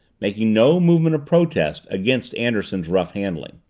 making no movement of protest against anderson's rough handling.